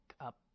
up